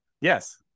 yes